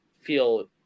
feel